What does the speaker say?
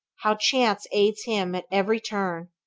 how chance aids him at every turn!